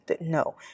no